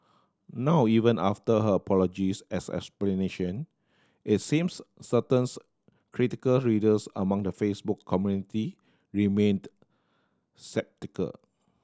now even after her apologies as explanation it seems certain critical readers among the Facebook community remained